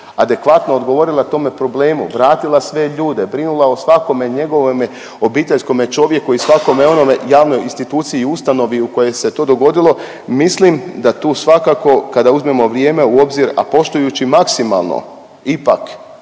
adekvatno odgovorila tome problemu, vratila sve ljude, brinula o svakome njegovome obiteljskome čovjeku i svakome onome javnoj instituciji i ustanovi u kojoj se to dogodilo, mislim da tu svakako kada uzmemo vrijeme u obzir, a poštujući maksimalno ipak